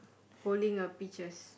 holding a peaches